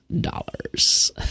dollars